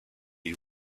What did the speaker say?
you